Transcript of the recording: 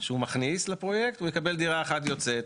שהוא מכניס לפרויקט, והוא מקבל דירה אחת יוצאת.